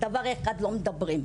על דבר אחד לא מדברים,